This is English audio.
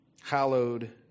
hallowed